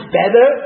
better